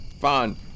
fine